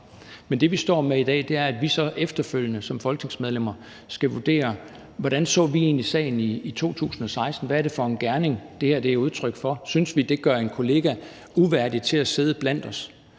Men det, vi står med i dag, er, at vi så efterfølgende som folketingsmedlemmer skal vurdere: Hvordan så vi egentlig sagen i 2016? Hvad er det for en gerning, det her er udtryk for? Synes vi, det gør en kollega uværdig til at sidde blandt os?